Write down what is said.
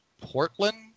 Portland